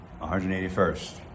181st